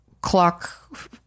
Clock